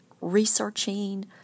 researching